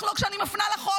בטח לא כשאני מפנה לחוק.